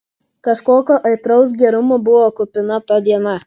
kažkokio aitraus gerumo buvo kupina ta diena